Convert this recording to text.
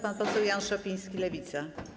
Pan poseł Jan Szopiński, Lewica.